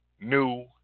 new